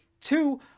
Two